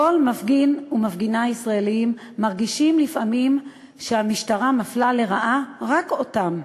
כל מפגין ומפגינה ישראלים מרגישים לפעמים שהמשטרה מפלה לרעה רק אותם.